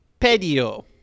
Pedio